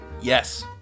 Yes